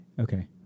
Okay